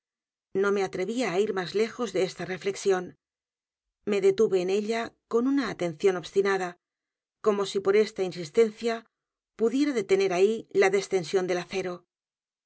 no me atrevía á ir más lejos de esta reflexión me detuve en ella con una atención obstiel pozo y el péndulo nada como si por esta insistencia pudiera detener cüxi la descensión del acero